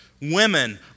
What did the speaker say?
Women